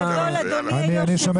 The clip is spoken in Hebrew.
אדוני היושב